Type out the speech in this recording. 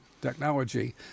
technology